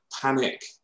panic